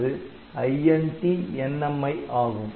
அது INTNMI ஆகும்